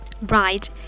Right